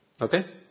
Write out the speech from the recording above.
Okay